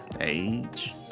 age